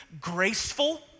graceful